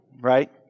right